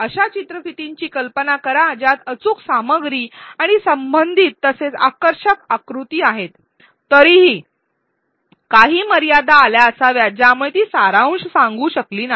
अशा चित्रफितीची कल्पना करा ज्यात अचूक सामग्री आणि संबंधित तसेच आकर्षक आकृती आहेत तरीही काही मर्यादा आल्या असाव्यात ज्यामुळे ती सारांश सांगू शकली नाही